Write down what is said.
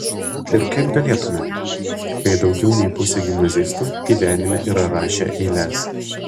ir kaip galėtumėme kai daugiau nei pusė gimnazistų gyvenime yra rašę eiles